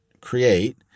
create